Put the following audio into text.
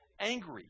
angry